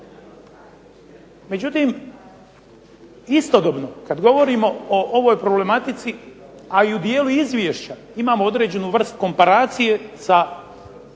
Međutim, istodobno kad govorimo o ovoj problematici, a i u dijelu izvješća imamo određenu vrst komparacije sa